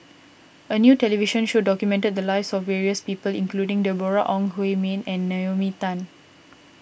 a new television show documented the lives of various people including Deborah Ong Hui Min and Naomi Tan